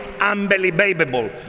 unbelievable